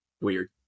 Weird